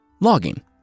logging